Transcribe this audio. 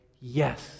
yes